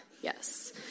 Yes